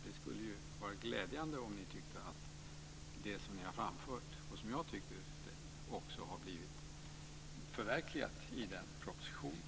Det skulle vara glädjande om ni tyckte att det ni har framfört - och som jag tycker stämmer - också har blivit förverkligat i den propositionen.